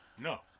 No